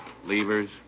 levers